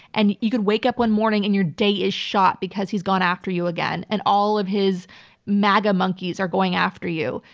and you could wake up one morning and your day is shot because he's gone after you again, and all of his maga monkeys are going after you,